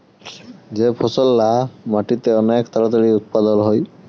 যে ফসললা মাটিতে অলেক তাড়াতাড়ি উৎপাদল হ্যয়